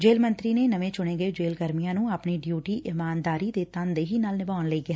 jail ਮੰਤਰੀ ਨੇ ਨਵੇਂ ਚੁਣੇ ਗਏ ਜੇਲ੍ ਕਰਮੀਆਂ ਨੂੰ ਆਪਣੀ ਡਿਉਟੀ ਇਮਾਨਦਾਰੀ ਤੇ ਤਨਦੇਹੀ ਨਾਲ ਨਿਭਾਉਣ ਲਈ ਕਿਹਾ